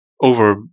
over